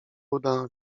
uda